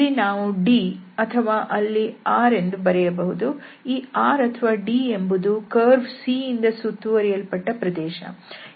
ಇಲ್ಲಿ ನಾವು D ಅಥವಾ ಅಲ್ಲಿ R ಎಂದು ಬರೆಯಬಹುದು ಈ R ಅಥವಾ D ಎಂಬುದು ಕರ್ವ್ C ಯಿಂದ ಸುತ್ತುವರೆಯಲ್ಪಟ್ಟ ಪ್ರದೇಶ